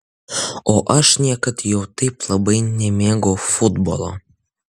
o aš niekad jau taip labai nemėgau futbolo